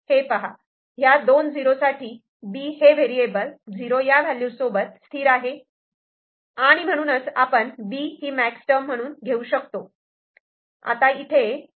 हे पहा ह्या दोन झिरो साठी B हे व्हेरिएबल '0' या व्हॅल्यूसोबत स्थिर आहे आणि म्हणूनच आपण B हिं मॅक्स टर्म म्हणून घेऊ शकतो